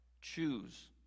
Choose